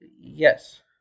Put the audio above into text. Yes